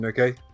Okay